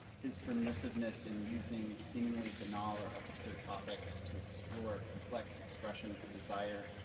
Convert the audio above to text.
his permissiveness and using seemingly banal or obscure topics to explore complex expressions of desire,